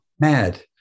Mad